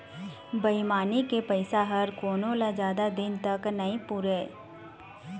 बेईमानी के पइसा ह कोनो ल जादा दिन तक नइ पुरय